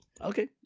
Okay